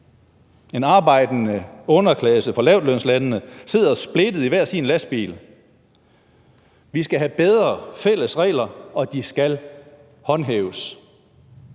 En arbejdende underklasse fra lavtlønslande sidder splittet i hver deres lastbil. Vi skal have bedre fælles regler, og de skal håndhæves.